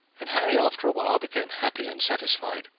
and harry after a while became happy and satisfied,